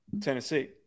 Tennessee